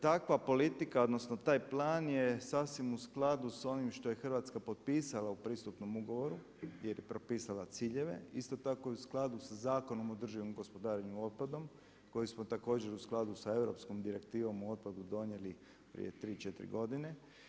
Takva politika odnosno taj plan je sasvim u skladu s onim što je Hrvatska potpisala u pristupnom ugovorom jer je propisala ciljeve, isto tako i u skladu sa Zakonom o održivom gospodarenju otpadom koji smo također u skladu sa europskom direktivom o otpadu donijeli prije 3, 4 godine.